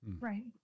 Right